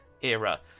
era